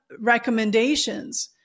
recommendations